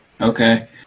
Okay